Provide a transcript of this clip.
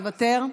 מוותר.